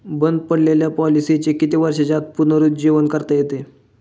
बंद पडलेल्या पॉलिसीचे किती वर्षांच्या आत पुनरुज्जीवन करता येते?